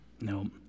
No